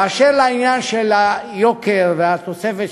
באשר לעניין של היוקר והתוספת,